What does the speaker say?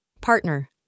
Partner